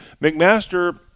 McMaster